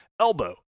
elbow